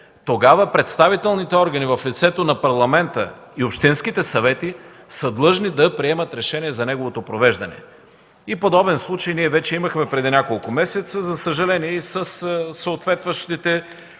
тогава представителните органи в лицето на парламента и общинските съвети са длъжни да приемат решение за неговото провеждане. За съжаление, подобен случай вече имахме преди няколко месеца и със съответстващите